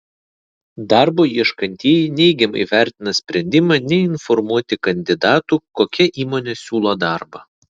darbo ieškantieji neigiamai vertina sprendimą neinformuoti kandidatų kokia įmonė siūlo darbą